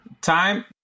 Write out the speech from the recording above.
Time